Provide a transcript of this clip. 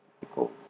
difficult